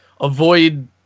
avoid